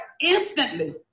instantly